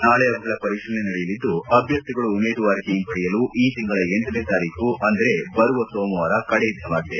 ನಾಳೆ ಅವುಗಳ ಪರಿಶೀಲನೆ ನಡೆಯಲಿದ್ದು ಅಭ್ವರ್ಥಿಗಳು ಉಮೇದುವಾರಿಕೆ ಹಿಂಪಡೆಯಲು ಈ ತಿಂಗಳ ಃನೇ ತಾರೀಕು ಅಂದರೆ ಬರುವ ಸೋಮವಾರ ಕಡೆಯ ದಿನವಾಗಿದೆ